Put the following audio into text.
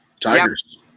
Tigers